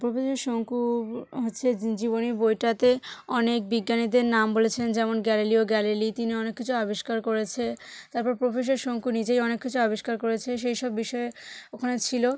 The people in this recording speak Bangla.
প্রফেসর শঙ্কু হচ্ছে জীবনী বইটাতে অনেক বিজ্ঞানীদের নাম বলেছেন যেমন গ্যালিলিও গ্যালিলি তিনি অনেক কিছু আবিষ্কার করেছে তারপর প্রফেসর শঙ্কু নিজেই অনেক কিছু আবিষ্কার করেছে সেই সব বিষয় ওখানে ছিল